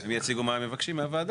הם יציגו את מה שהם מבקשים מהוועדה,